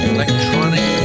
Electronic